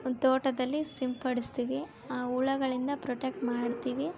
ಒಂದು ತೋಟದಲ್ಲಿ ಸಿಂಪಡಿಸ್ತೀವಿ ಆ ಹುಳಗಳಿಂದ ಪ್ರೊಟೆಕ್ಟ್ ಮಾಡ್ತೀವಿ